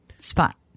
Spot